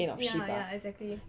ya ya exactly